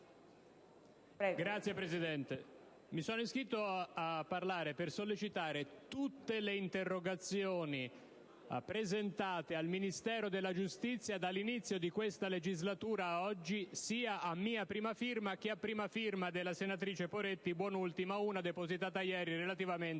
Signora Presidente, mi sono iscritto a parlare per sollecitare tutte le interrogazioni presentate al Ministero della giustizia dall'inizio della legislatura ad oggi, sia a mia prima firma che a prima firma della senatrice Poretti, tra le quali anche l'ultima, depositata ieri, relativa